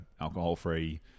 alcohol-free